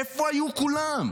איפה היו כולם?